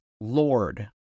Lord